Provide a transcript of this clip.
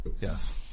Yes